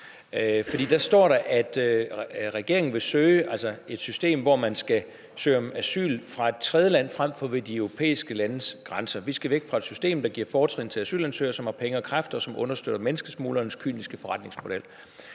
der står der, at regeringen vil arbejde for et system, hvor man skal søge om asyl fra et tredjeland frem for ved de europæiske landes grænser, og at vi skal væk fra et system, der giver fortrin til asylansøgere, som har penge og kræfter, og som understøtter menneskesmuglernes kyniske forretningsmodel.